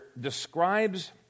describes